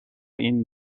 این